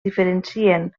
diferencien